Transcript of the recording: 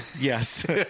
Yes